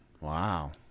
Wow